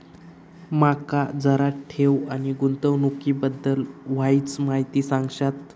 माका जरा ठेव आणि गुंतवणूकी बद्दल वायचं माहिती सांगशात?